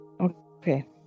Okay